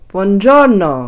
Buongiorno